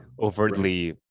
overtly